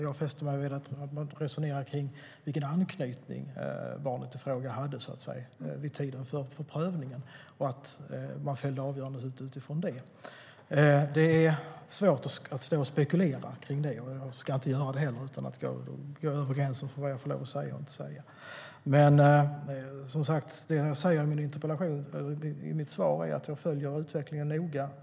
Jag fäster mig vid att man resonerar kring vilken anknytning barnet i fråga hade vid tiden för prövningen och att man fällde avgörandet utifrån det. Det är svårt att spekulera om det, och jag ska heller inte göra det och gå över gränsen för vad jag får lov att säga och inte säga. Det jag säger i mitt interpellationssvar är att jag följer utvecklingen noga.